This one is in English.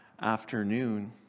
afternoon